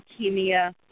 leukemia